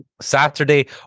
Saturday